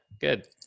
Good